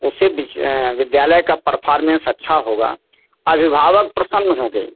उससे विद्यालय का परफार्मेंस अच्छा होगा अभिभावक प्रसन्न होंगे